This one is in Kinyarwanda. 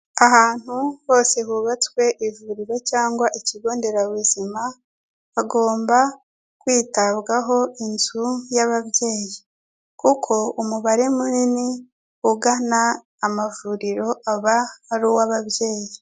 Ahantu hose hubatswe ivuriro cyangwa ikigo nderabuzima hagomba kwitabwaho inzu y'ababyeyi, kuko umubare munini ugana amavuriro aba ari uw'ababyeyi.